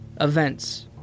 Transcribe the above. events